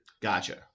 Gotcha